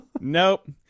nope